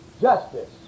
justice